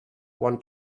want